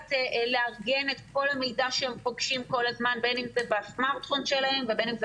לדעת לארגן את כל המידע שהם פוגשים כל הזמן בין אם זה